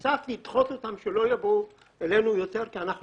קצת לדחות אותם שלא יבואו אלינו יותר כי אנחנו